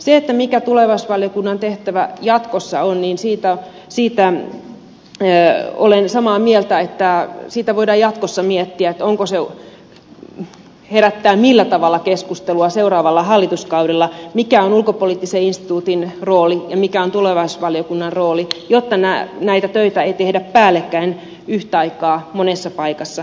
siitä mikä tulevaisuusvaliokunnan tehtävä jatkossa on olen samaa mieltä että sitä voidaan jatkossa miettiä onko se herättää ja millä tavalla keskustelua seuraavalla hallituskaudella mikä on ulkopoliittisen instituutin rooli ja mikä on tulevaisuusvaliokunnan rooli jotta näitä töitä ei tehdä päällekkäin yhtä aikaa monessa paikassa